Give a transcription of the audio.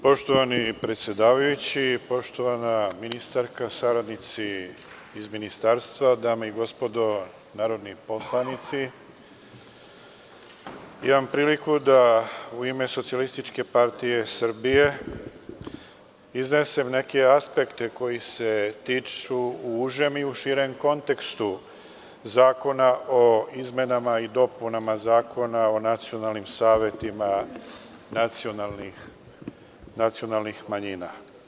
Poštovani predsedavajući, poštovana ministarka, saradnici iz ministarstva, dame i gospodo narodni poslanici, imam priliku da u ime SPS iznesem neke aspekte koji se tiču u užem i u širem kontekstu Zakona o izmenama i dopunama Zakona o nacionalnim savetima nacionalnih manjina.